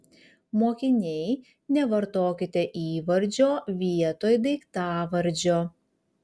mokiniai nevartokite įvardžio vietoj daiktavardžio